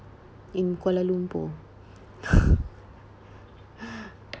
in kuala lumpur